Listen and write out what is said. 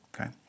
okay